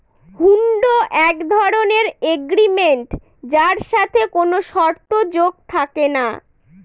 হুন্ড এক ধরনের এগ্রিমেন্ট যার সাথে কোনো শর্ত যোগ থাকে না